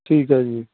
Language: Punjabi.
ਠੀਕ ਹੈ ਜੀ